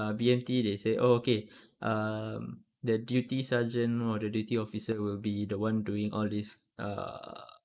err B_M_T they say oh okay err the duty sergeant or the duty officer will be the [one] doing all this err